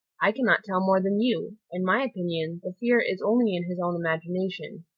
i can not tell more than you in my opinion, the fear is only in his own imagination.